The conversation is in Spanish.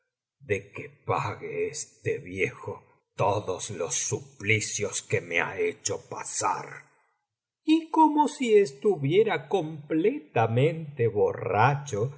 de que pague este viejo todos los suplicios que me ha hecho pasar y como si estuviera completamente borracho